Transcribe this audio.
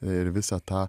ir visą tą